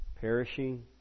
perishing